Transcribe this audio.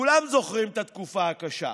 כולם זוכרים את התקופה הקשה,